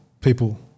people